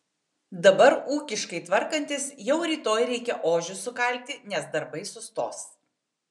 dabar ūkiškai tvarkantis jau rytoj reikia ožius sukalti nes darbai sustos